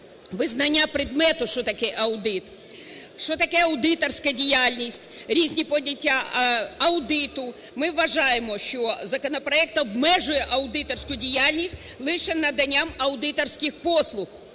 визнання предмету, що таке аудит, що таке аудиторська діяльність, різні поняття аудиту. Ми вважаємо, що законопроект обмежує аудиторську діяльність лише наданням аудиторських послуг,